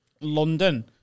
London